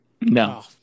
No